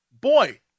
boy